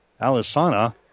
Alisana